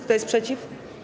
Kto jest przeciw?